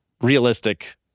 realistic